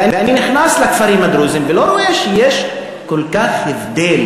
ואני נכנס לכפרים הדרוזיים ולא רואה שיש כל כך הבדל